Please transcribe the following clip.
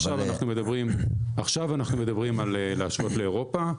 עכשיו אנחנו מדברים על השוואה לאירופה.